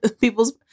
people's